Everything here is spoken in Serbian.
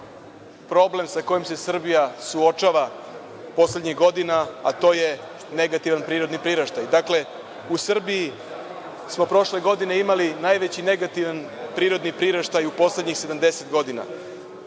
problem sa kojim se Srbija suočava poslednjih godina, a to je negativan prirodni priraštaj. Dakle, u Srbiji smo prošle godine imali najveći negativan prirodni priraštaj u poslednjih 70 godina,